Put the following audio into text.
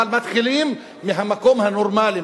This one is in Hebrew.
אבל מתחילים מהמקום הנורמלי,